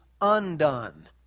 undone